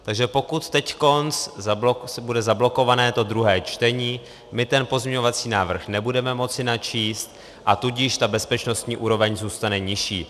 A pokud teď bude zablokované to druhé čtení, my ten pozměňovací návrh nebudeme moci načíst, a tudíž ta bezpečnostní úroveň zůstane nižší.